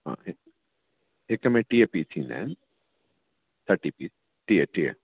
हा ऐं हिक में टीह पीस थींदा आहिनि थटी पीस टीह टीह